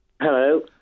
Hello